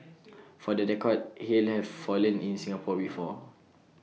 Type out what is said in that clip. for the record hail have fallen in Singapore before